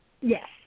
Yes